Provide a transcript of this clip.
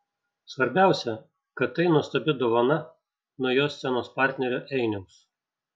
svarbiausia kad tai nuostabi dovana nuo jo scenos partnerio einiaus